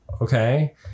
Okay